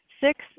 Six